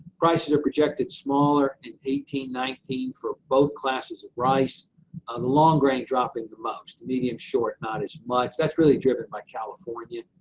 prices are projected smaller in eighteen nineteen for both classes of rice, the um long-grain dropping the most, medium short, not as much. that's really driven by california,